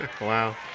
Wow